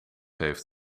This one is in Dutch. heeft